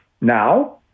now